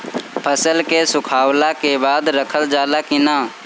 फसल के सुखावला के बाद रखल जाला कि न?